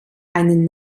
einen